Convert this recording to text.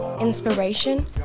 inspiration